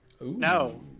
No